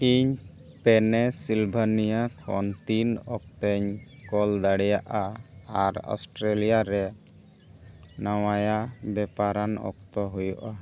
ᱤᱧ ᱯᱮᱱᱮ ᱥᱤᱞᱵᱷᱟᱱᱤᱭᱟ ᱠᱷᱚᱱ ᱛᱤᱱ ᱚᱠᱛᱮᱧ ᱠᱚᱞ ᱫᱟᱲᱮᱭᱟᱜᱼᱟ ᱟᱨ ᱚᱥᱴᱨᱮᱞᱤᱭᱟ ᱨᱮ ᱱᱟᱣᱟᱭᱟ ᱵᱮᱯᱟᱨᱟᱱ ᱚᱠᱛᱚ ᱦᱳᱭᱳᱜᱼᱟ